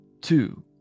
two